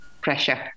pressure